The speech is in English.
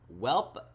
welp